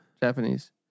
Japanese